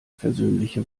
versöhnliche